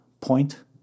point